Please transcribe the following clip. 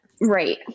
Right